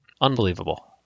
unbelievable